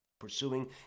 pursuing